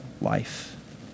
life